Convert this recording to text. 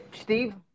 Steve